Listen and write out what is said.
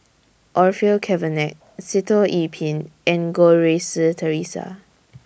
Orfeur Cavenagh Sitoh Yih Pin and Goh Rui Si Theresa